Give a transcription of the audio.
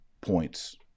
points